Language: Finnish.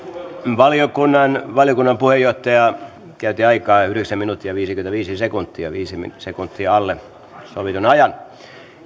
valiokunnan valiokunnan puheenjohtaja käytti aikaa yhdeksän minuuttia viisikymmentäviisi sekuntia viisi sekuntia alle sovitun ajan